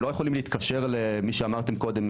הם לא יכולים להתקשר למי שאמרתם קודם,